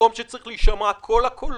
במקום שבו צריכים להישמע כל הקולות,